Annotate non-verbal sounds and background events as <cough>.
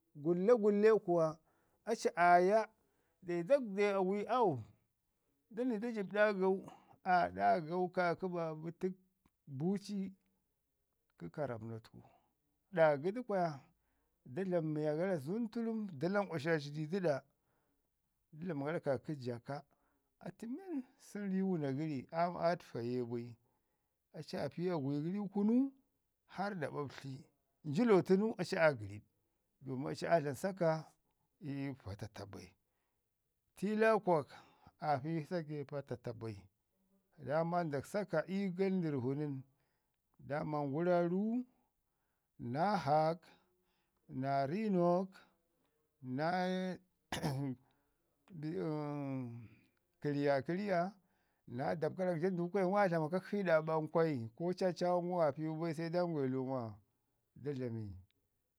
Gulle gulle kuwa, aci aa ya dayi da gədau awi au, dani da jib ɗaagau, aa ɗaagau kadkə baabu tək buuci kə karramnok təku. Daaga du kwaya, da dlami miya gara zunturum da lankwasaci ii dəɗa da dlamən gare jaka, atu men sun ri wuna gəri, am aa təfa ye bai, aci aa fi agwi gəri ii kunu hara da ɓaɓtli. Njilo tənu aci aa gəriɗ domin aci aa dlama saka ii patatu bai. Tiilakok aa pi aa pi saka ii patatu bai, daama ndak saka ii gandərrvu nən daama nguraru, naa rrinok, naa <noise> <hesitation> kəryərya, naa dafkarak jandu kaya aa dlama kakshi ii ɗa ɓankwai ko caraawa ngum aa piwu bai se da ngwai luumo da dlami.